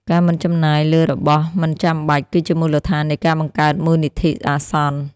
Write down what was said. ការមិនចំណាយលើរបស់មិនចាំបាច់គឺជាមូលដ្ឋាននៃការបង្កើតមូលនិធិអាសន្ន។